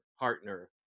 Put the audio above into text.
partner